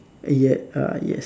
yes ah yes